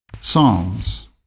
Psalms